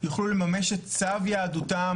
הייתי מעוניין לשמוע את נציגי המערכות.